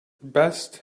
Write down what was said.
best